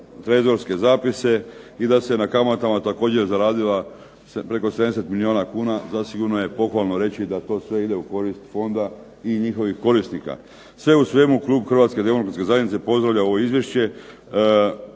razumije./… zapise i da se na kamatama također zaradilo preko 70 milijuna kuna. Zasigurno je pohvalo reći da to sve ide u korist fonda i njihovih korisnika. Sve u svemu, klub Hrvatske demokratske zajednice pozdravlja ovo izvješće.